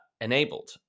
enabled